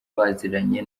baziranye